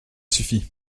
suffi